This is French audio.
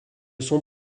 sont